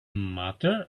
matter